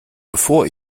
bevor